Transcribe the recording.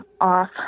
off